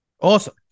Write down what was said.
Awesome